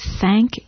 thank